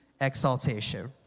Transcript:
exaltation